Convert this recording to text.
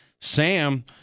Sam